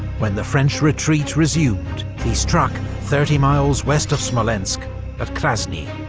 when the french retreat resumed, he struck thirty miles west of smolensk at krasny.